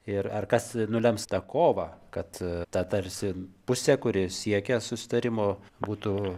ir ar kas nulems tą kovą kad ta tarsi pusė kuri siekia susitarimo būtų